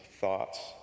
thoughts